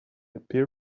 appear